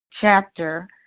chapter